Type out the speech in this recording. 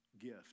gift